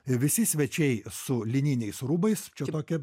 visi svečiai su lininiais rūbais čia tokia